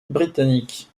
britannique